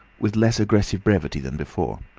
with less aggressive brevity than before.